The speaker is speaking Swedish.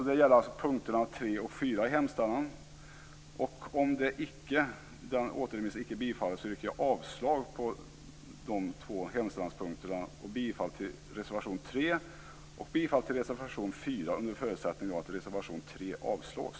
Det gäller alltså punkterna 3 Om återremissyrkandet icke bifalles yrkar jag avslag på dessa två hemställanpunkter och bifall till reservation 3 och till reservation 4 under förutsättning att reservation 3 avslås.